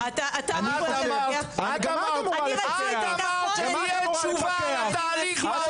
את אמרת שתהיה תשובה על התהליך.